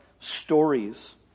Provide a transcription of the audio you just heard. stories